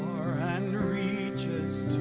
and reaches